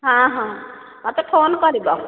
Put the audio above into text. ହଁ ହଁ ମତେ ଫୋନ୍ କରିବ